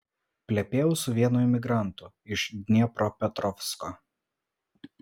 plepėjau su vienu imigrantu iš dniepropetrovsko